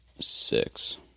six